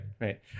right